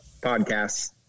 podcasts